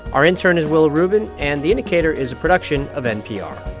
our intern is willa rubin. and the indicator is a production of npr